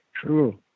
True